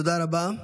תודה רבה.